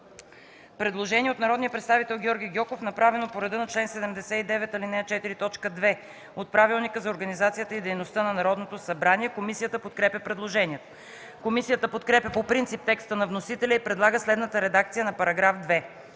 Предложение на народния представител Георги Гьоков, направено по реда на чл. 79, ал. 4, т. 2 от Правилника за организацията и дейността на Народното събрание. Комисията подкрепя предложението. Комисията подкрепя по принцип текста на вносителя и предлага следната редакция на § 9: „§ 9.